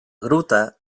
gruta